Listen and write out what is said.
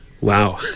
Wow